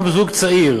גם זוג צעיר